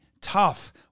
tough